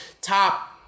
top